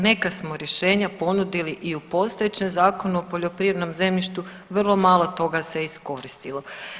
Neka smo rješenja ponudili i u postojećem Zakonu o poljoprivrednom zemljištu, vrlo malo toga se iskoristilo.